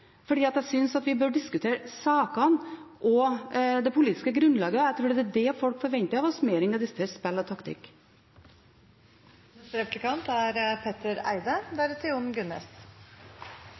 jeg synes vi bør diskutere sakene og det politiske grunnlaget – jeg tror det er det folk forventer av oss – mer enn å diskutere spill og